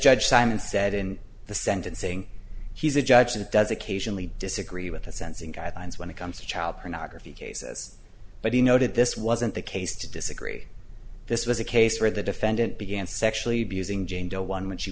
judge simon said in the sentencing he's a judge that does occasionally disagree with a sense of guidelines when it comes to child pornography cases but he noted this wasn't the case to disagree this was a case where the defendant began sexually abusing jane doe one when she